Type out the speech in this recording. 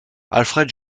alfred